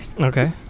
Okay